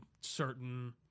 certain